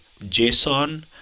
JSON